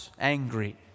angry